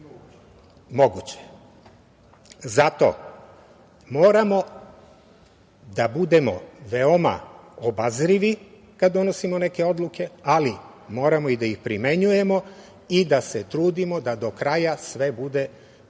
sebi. Zato moramo da budemo veoma obazrivi kada donosimo neke odluke, ali moramo i da ih primenjujemo i da se trudimo da do kraj sve bude – ni